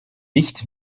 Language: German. nicht